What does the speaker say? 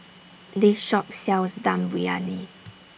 This Shop sells Dum Briyani